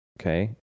okay